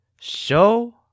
Show